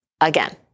Again